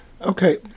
Okay